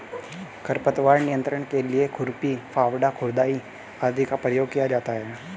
खरपतवार नियंत्रण के लिए खुरपी, फावड़ा, खुदाई आदि का प्रयोग किया जाता है